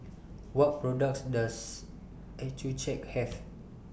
What products Does Accucheck Have